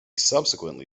subsequently